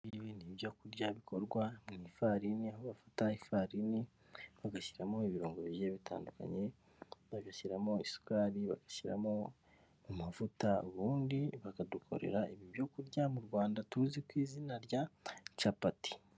Ibi ni ibyo kurya bikorwa mu ifarine, aho bafata ifarini bagashyiramo ibirungo bigiye bitandukanye bagashyiramo isukari, bagashyiramo amavuta, ubundi bakadukorera ibyo kurya mu Rwanda tuzi ku izina rya capati.